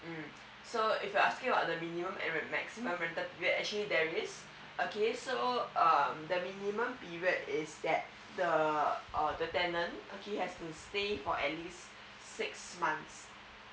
mm so if you're asking about the minimum and maximum rental period actually there is okay so um the minimum period is that the uh the tenant he has to stay for at least six months